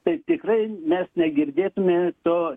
tai tikrai mes negirdėtume to